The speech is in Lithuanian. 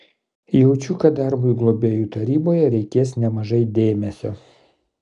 jaučiu kad darbui globėjų taryboje reikės nemažai dėmesio